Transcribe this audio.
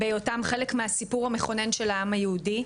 בהיותם חלק מהסיפור המכונן של העם היהודי,